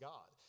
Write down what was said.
God